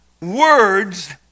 words